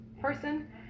person